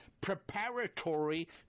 preparatory